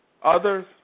Others